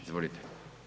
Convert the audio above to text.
Izvolite.